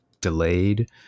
delayed